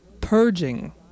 purging